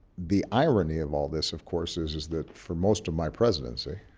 the irony of all this, of course, is is that for most of my presidency